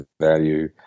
value